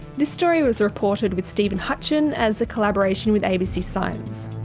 this story was reported with stephen hutcheon as a collaboration with abc science.